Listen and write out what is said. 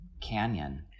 canyon